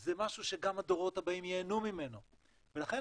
זה משהו שגם הדורות הבאים ייהנו ממנו ולכן